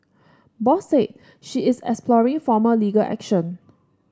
Bose said she is exploring formal legal action